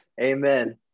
Amen